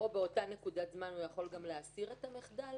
באותה נקודת זמן הוא יכול גם להסיר את המחדל?